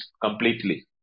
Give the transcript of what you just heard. completely